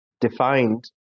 defined